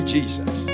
Jesus